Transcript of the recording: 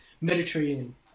Mediterranean